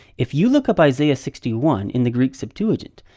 if you look up isaiah sixty one in the greek septuagint,